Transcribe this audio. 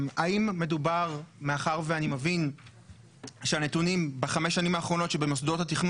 אני מבין שלפי הנתונים בחמש השנים האחרונות במוסדות התכנון